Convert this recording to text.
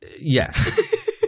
Yes